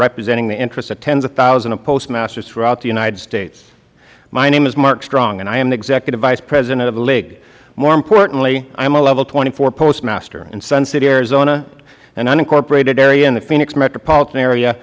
representing the interests of tens of thousands of postmasters throughout the united states my name is mark strong and i am the executive vice president of the league more importantly i am a level twenty four postmaster in sun city az an unincorporated area in the phoenix metropolitan area